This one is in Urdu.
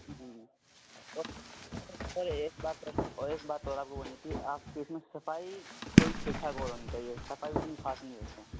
جی جی سر ایک بات اور ایک بات اور آپ کو بولنی تھی آپ کی اس میں صفائی تھوڑی ٹھیک ٹھاک اور ہونی چاہیے صفائی اتنی خاص نہیں رکھتے ہیں